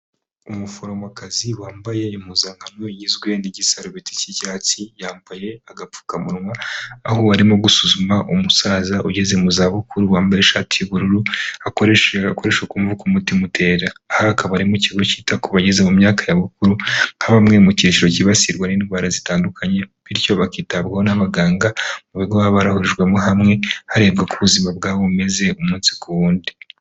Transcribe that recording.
Umuforomokazi wambaye impuzankano igizwe n'igisarubeti cy'icyatsi, yambaye agapfukamunwa, aho arimo gusuzuma umusaza ugeze mu zabukuru wambaye ishati y'ubururu, akoresheje agakoresho ku mutima utera, aha akaba ari mu kigo cyita ku bangeze mu myaka ya bukuru nka bamwe mu cyiciro cyibasirwa n'indwara zitandukanye, bityo bakitabwaho n'abaganga mu bigo baba barahurijwemo hamwe harebwa uko ubuzima bwabo bumeze umunsi ku wundi.